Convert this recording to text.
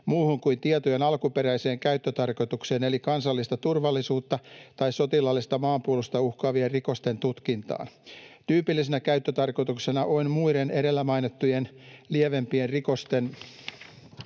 muuhun kuin tietojen alkuperäiseen käyttötarkoitukseen eli kansallista turvallisuutta tai sotilaallista maanpuolustusta uhkaavien rikosten tutkintaan. Tyypillisenä käyttötarkoituksena on muiden edellä mainittujen lievempien rikosten tutkinta.